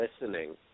listening